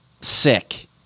sick